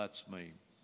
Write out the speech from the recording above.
העצמאים.